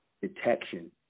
detection